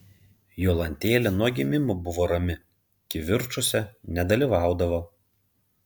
jolantėlė nuo gimimo buvo rami kivirčuose nedalyvaudavo